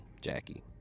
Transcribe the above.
Jackie